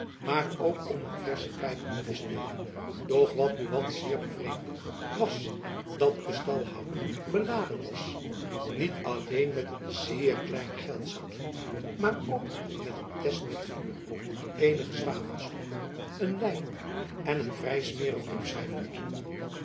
maar ook om een versche pijp op te steken doch wat buat zeer bevreemdde was dat de stalhouder beladen was niet alleen met een zeer klein geldzakjen maar ook met een test met vuur eenige zwavelstokken een lei en een vrij smeerig opschrijfboekjen